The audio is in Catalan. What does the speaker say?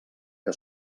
que